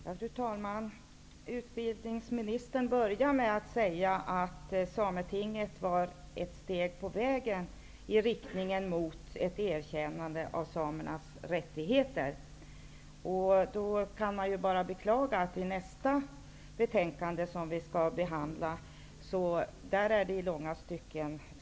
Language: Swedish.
Fru talman! Utbildningsministern började med att säga att Sametinget var ett steg på vägen i riktning mot ett erkännande av samernas rättigheter. Då kan man ju bara beklaga att det i nästa betänkande som vi skall behandla är steg tillbaka i långa stycken.